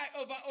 over